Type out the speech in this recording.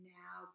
now